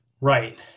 Right